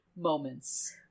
moments